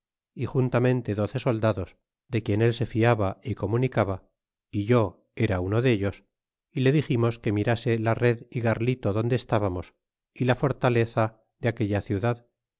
y juntamente doce soldados de quien el se liaba é comunicaba é yo era uno dalos y le diximos que mirase la red y garlito donde estábamos y la irtalez de avena ciudad